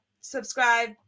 Subscribe